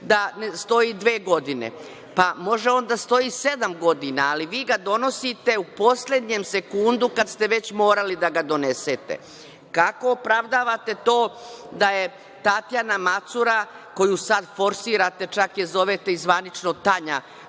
da stoji dve godine. Pa, može on da stoji sedam godina, ali vi ga donosite u poslednjem sekundu kad ste već morali da ga donesete. Kako opravdavate to da je Tatjana Macura koju sad forsirate, čak je zovete i zvanično, Tanja,